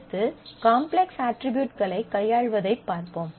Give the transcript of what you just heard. அடுத்து காம்ப்ளக்ஸ் அட்ரிபியூட்களைக் கையாளுவதைப் பார்ப்போம்